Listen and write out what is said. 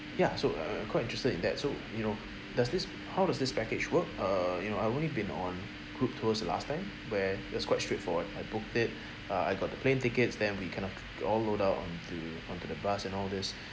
ya so err quite interested in that so you know does this how does this package work err you know I've only been on group tours the last time where that's quite straightforward I booked it uh I got the plane tickets then we kind of all load out onto onto the bus and all this